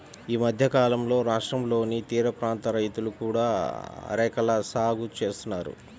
ఈ మధ్యకాలంలో రాష్ట్రంలోని తీరప్రాంత రైతులు కూడా అరెకల సాగు చేస్తున్నారు